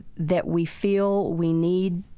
that we feel we need,